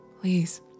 please